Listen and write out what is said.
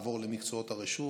עבור למקצועות הרשות,